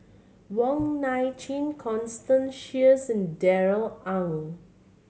Wong Nai Chin Constance Sheares Darrell Ang